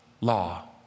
law